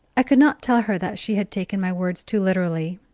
i could not tell her that she had taken my words too literally,